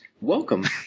Welcome